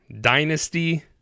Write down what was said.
Dynasty